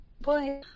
boy